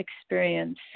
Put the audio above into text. experience